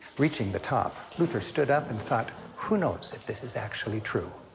reaching the top, luther stood up and thought, who knows if this is actually true?